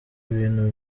ibintu